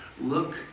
look